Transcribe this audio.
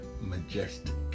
Majestic